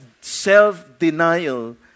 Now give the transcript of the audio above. self-denial